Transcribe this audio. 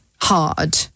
hard